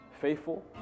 Faithful